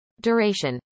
Duration